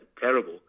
terrible